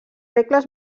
regles